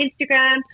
Instagram